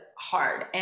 hard